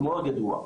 מאוד ידוע,